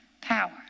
power